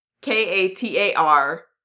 K-A-T-A-R